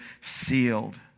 sealed